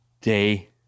day